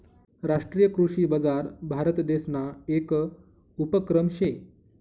राष्ट्रीय कृषी बजार भारतदेसना येक उपक्रम शे